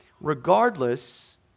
Regardless